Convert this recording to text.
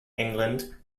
england